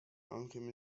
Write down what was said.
alchemy